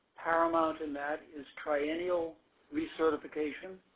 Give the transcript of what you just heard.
paramount in that is triennial recertification,